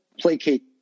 placate